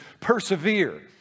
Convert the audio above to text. persevere